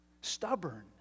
Stubborn